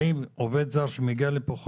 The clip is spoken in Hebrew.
האם עובד זר שמגיע לפה,